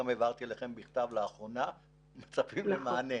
לאחרונה גם העברתי אליכם את השאלות בכתב ומצפים למענה.